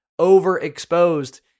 overexposed